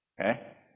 Okay